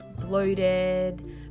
bloated